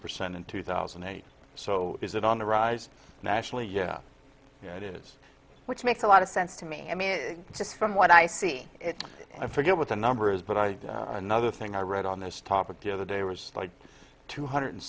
percent in two thousand and eight so is it on the rise nationally yeah it is which makes a lot of sense to me i mean from what i see it i forget what the number is but i another thing i read on this topic the other day was like two hundred